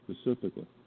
specifically